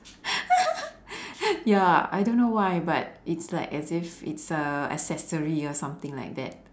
ya I don't know why but it's like as if it's a accessory or something like that